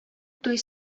туй